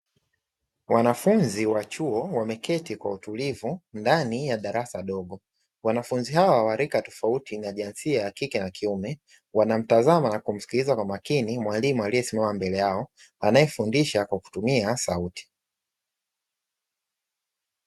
Wanafunzi wa chuo wameketi kwa utulivu ndani ya darasa dogo. Wanafunzi hao wa rika tofauti na jinsia ya kike na kiume wanamtazama na kumsikiliza kwa makini mwalimu aliyesimama mbele yao, anayefundisha kwa kutumia sauti.